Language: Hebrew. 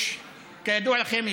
כידוע לכם,